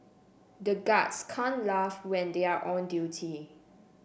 the guards can't laugh when they are on duty